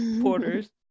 porters